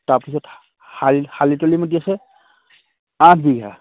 তাৰপিছত শাল শালি তলি মাটি আছে আঠ বিঘা